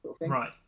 Right